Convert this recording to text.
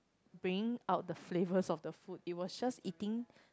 bring out the flavors of the food you was just eating